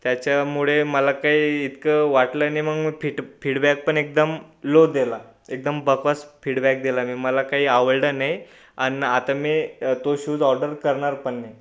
त्याच्यामुळे मला काही इतकं वाटलं नाही मग फीट फीडबॅक पण एकदम लो दिला एकदम बकवास फीडबॅक दिला मी मला काही आवडला नाही आणि आता मी तो शूज ऑर्डर करणार पण नाही